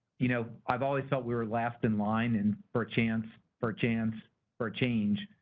you know i've always felt we were last in line and for a chance, for a chance for change,